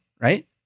right